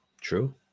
True